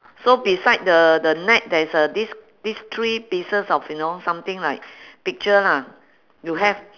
so beside the the net there is a this this three pieces of you know something like picture lah you have